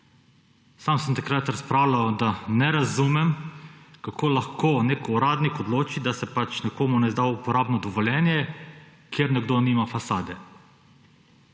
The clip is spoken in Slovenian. Sam sem takrat razpravljal, da ne razumem, kako lahko nek uradnik odloči, da se nekomu ne izda uporabno dovoljenje, ker nekdo nima fasade.